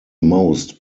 most